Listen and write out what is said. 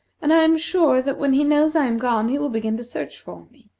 and i am sure that when he knows i am gone he will begin to search for me,